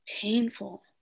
painful